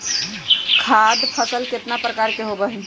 खाद्य फसल कितना प्रकार के होबा हई?